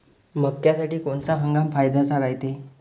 मक्क्यासाठी कोनचा हंगाम फायद्याचा रायते?